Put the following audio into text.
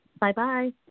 Bye-bye